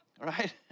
right